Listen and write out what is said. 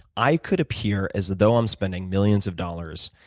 i could appear as though i'm spending millions of dollars,